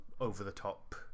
over-the-top